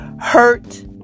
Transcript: hurt